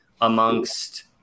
amongst